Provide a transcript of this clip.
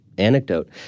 anecdote